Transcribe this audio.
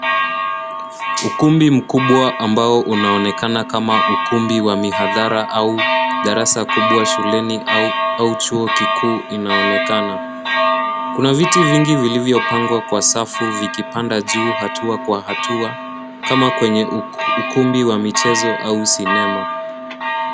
Ukumbi mkubwa ambao unaonekana kama ukumbi wa mihadhara au darasa kubwa shuleni au chuo kikuu inaonekana. Kuna viti vingi vilivyopangwa kwa safu vikipanda juu hatua kwa hatua kama kwenye ukumbi wa michezo au sinema.